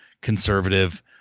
conservative